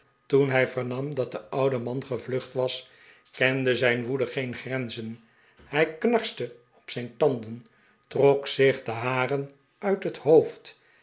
toen hij vernam dat de oude man gevlucht was kende zijn woede geen grenzen hij knarste op zijn tanden trok zich de haren uit het hoofd